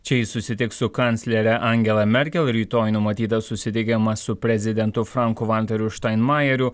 čia jis susitiks su kanclere angela merkel rytoj numatytas susitikimas su prezidentu franku valteriu štainmajeriu